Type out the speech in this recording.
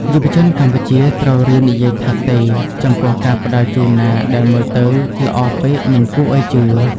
យុវជនកម្ពុជាត្រូវរៀននិយាយថា "ទេ" ចំពោះការផ្តល់ជូនណាដែលមើលទៅ "ល្អពេកមិនគួរឱ្យជឿ"។